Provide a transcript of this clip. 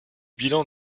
bilan